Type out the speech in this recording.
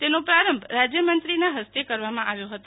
તેનો પ્રારંભ રાજયમંત્રીશ્રીના હસ્તે કરવામાં આવ્યો હતો